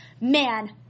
man